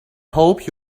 hope